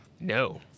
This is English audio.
No